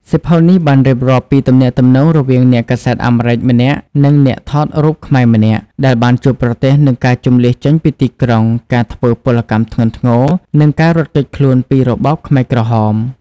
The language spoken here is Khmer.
សៀវភៅនេះបានរៀបរាប់ពីទំនាក់ទំនងរវាងអ្នកកាសែតអាមេរិកម្នាក់ និងអ្នកថតរូបខ្មែរម្នាក់ ដែលបានជួបប្រទះនឹងការជម្លៀសចេញពីទីក្រុង ការធ្វើពលកម្មធ្ងន់ធ្ងរ និងការរត់គេចខ្លួនពីរបបខ្មែរក្រហម។